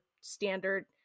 standard